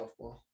softball